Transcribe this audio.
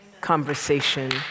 conversation